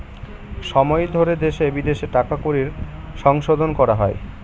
সময় ধরে দেশে বিদেশে টাকা কড়ির সংশোধন করা হয়